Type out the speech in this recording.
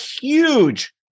huge